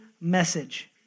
message